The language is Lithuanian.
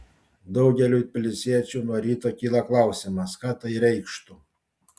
daugeliui tbilisiečių nuo ryto kyla klausimas ką tai reikštų